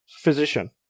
Physician